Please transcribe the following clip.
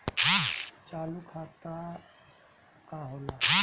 चालू खाता का होला?